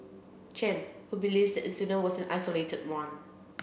Chen who believes incident was an isolated one